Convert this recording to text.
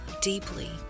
deeply